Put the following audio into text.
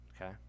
Okay